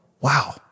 wow